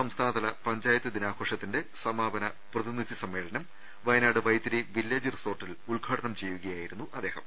സംസ്ഥാനതല പഞ്ചായത്ത് ദിനാഘോഷത്തിന്റെ സമാപന പ്രതിനിധി സമ്മേളനം വയനാട് വൈത്തിരി വില്ലേജ് റിസോർട്ടിൽ ഉദ്ഘാടനം ചെയ്യുകയാ യിരുന്നു അദ്ദേഹം